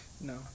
No